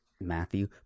Matthew